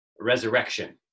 resurrection